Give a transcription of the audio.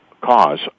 cause